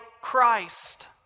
Christ